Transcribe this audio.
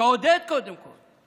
תעודד קודם כול.